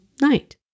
night